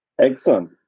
Excellent